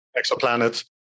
exoplanets